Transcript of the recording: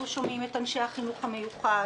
אנחנו שומעים את אנשי החינוך המיוחד,